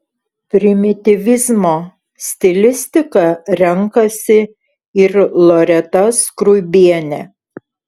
primityvizmo stilistiką renkasi ir loreta skruibienė